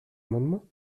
amendement